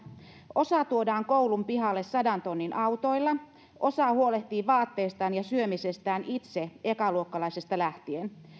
osa tuodaan koulun pihalle sadan tonnin autoilla osa huolehtii vaatteistaan ja syömisestään itse ekaluokkalaisesta lähtien